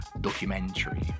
documentary